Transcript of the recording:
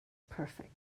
perfect